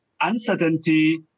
uncertainty